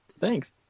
thanks